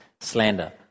slander